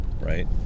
right